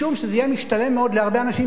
משום שזה יהיה משתלם מאוד להרבה אנשים,